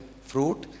fruit